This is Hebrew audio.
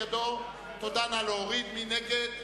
שנלר לסעיף 04,